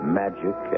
magic